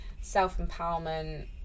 self-empowerment